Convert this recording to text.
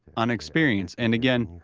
on experience, and again,